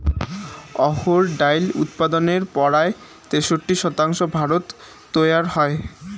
অহর ডাইল উৎপাদনের পরায় তেষট্টি শতাংশ ভারতত তৈয়ার হই